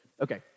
Okay